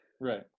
Right